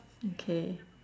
okay